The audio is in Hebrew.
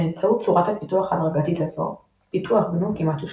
באמצעות צורת הפיתוח ההדרגתית הזו פיתוח גנו כמעט הושלם.